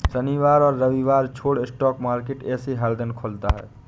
शनिवार और रविवार छोड़ स्टॉक मार्केट ऐसे हर दिन खुलता है